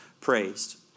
praised